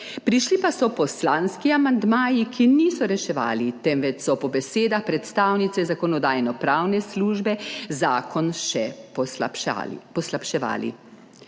prišli pa so poslanski amandmaji, ki niso reševali temveč so po besedah predstavnice Zakonodajno-pravne službe zakon še poslabševali.